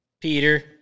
Peter